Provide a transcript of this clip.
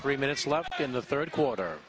three minutes left in the third quarter